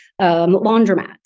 laundromats